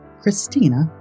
Christina